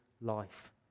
life